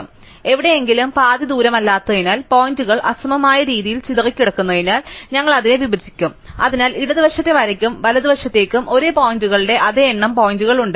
അതിനാൽ എവിടെയെങ്കിലും പാതിദൂരമല്ലാത്തതിനാൽ പോയിന്റുകൾ അസമമായ രീതിയിൽ ചിതറിക്കിടക്കുന്നതിനാൽ ഞങ്ങൾ അതിനെ വിഭജിക്കുംഅതിനാൽ ഇടതുവശത്തെ വരയ്ക്കും വലതുവശത്തേക്കും ഒരേ പോയിന്റുകളുടെ അതേ എണ്ണം പോയിന്റുകൾ ഉണ്ട്